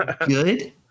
good